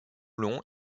long